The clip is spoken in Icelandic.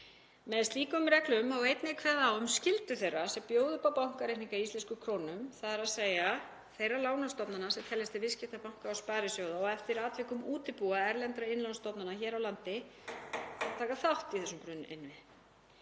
Með slíkum reglum má einnig kveða á um skyldu þeirra sem bjóða upp á bankareikninga í íslenskum krónum, þ.e. þeirra lánastofnana sem teljast til viðskiptabanka og sparisjóða og eftir atvikum útibúa erlendra innlánsstofnana hér á landi til taka þátt í þessum grunninnviðum.